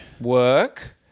work